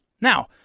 Now